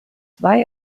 zwei